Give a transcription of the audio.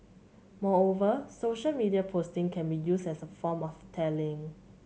moreover social media posting can be used as a form of tallying